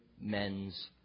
men's